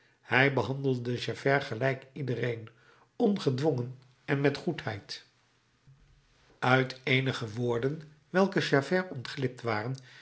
hij behandelde javert gelijk iedereen ongedwongen en met goedheid uit eenige woorden welke javert ontglipt waren